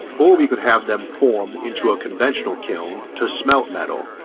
or we could have them form into a conventional kiln to smelt metal,